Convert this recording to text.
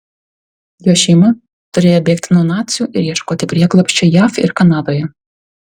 jo šeima turėjo bėgti nuo nacių ir ieškoti prieglobsčio jav ir kanadoje